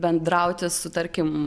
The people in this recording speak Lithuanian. bendrauti su tarkim